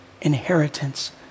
inheritance